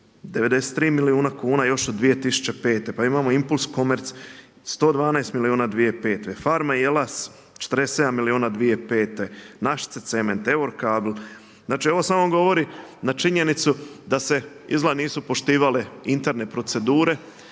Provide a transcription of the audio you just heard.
93 milijuna kuna još od 2005., pa imamo IMPULSCOMMERCE 112 milijuna 2005., Farma Jelas 47 milijuna 2005., Našice cement, Eurocable. Znači ovo samo govori na činjenicu da se izgleda nisu poštivale interne procedure,